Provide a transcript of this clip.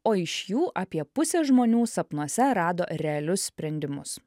o iš jų apie pusė žmonių sapnuose rado realius sprendimus